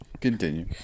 Continue